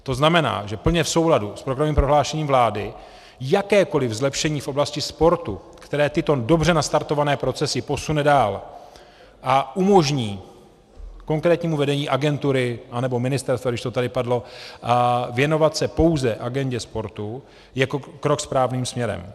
To znamená, že plně v souladu s programovým prohlášením vlády jakékoliv zlepšení v oblasti sportu, které tyto dobře nastartované procesy posune dál a umožní konkrétnímu vedení agentury, anebo ministerstva, když to tady padlo, věnovat se pouze agendě sportu, je krok správným směrem.